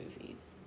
movies